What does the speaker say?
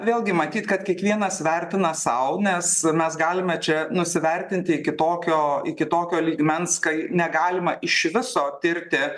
vėlgi matyt kad kiekvienas vertina sau nes mes galime čia nusivertinti iki tokio iki tokio lygmens kai negalima iš viso tirti